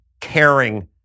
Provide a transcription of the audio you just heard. caring